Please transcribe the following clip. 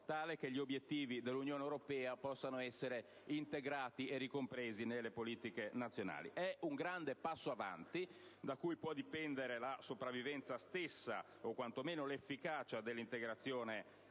tale che gli obiettivi dell'Unione europea possano essere integrati e ricompresi nelle politiche nazionali. Si tratta di un grande passo avanti, da cui può dipendere la sopravvivenza stessa, o quanto meno l'efficacia dell'integrazione